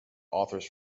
authors